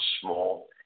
small